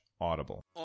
audible